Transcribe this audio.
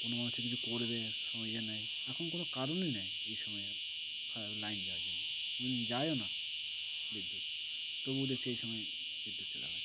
কোনো মানুষ যে কিছু করবে স ইয়ে নেই এখন কোনো কারণই নেই এই সময় খারাপ লাইন যাওয়ার জন্য কোনোদিন যায়ও না বিদ্যুৎ তবুও দেখছি এই সময় বিদ্যুৎ চলে গেল